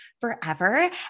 forever